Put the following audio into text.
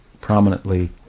prominently